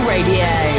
Radio